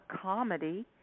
comedy